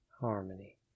harmony